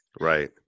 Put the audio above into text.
Right